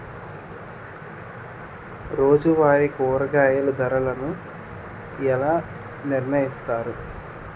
రోజువారి కూరగాయల ధరలను ఎలా నిర్ణయిస్తారు?